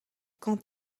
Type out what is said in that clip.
quant